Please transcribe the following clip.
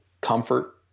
comfort